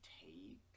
Take